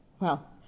Well